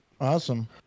Awesome